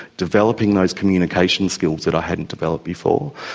developing those communication skills that i hadn't developed before,